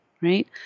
right